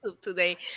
today